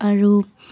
আৰু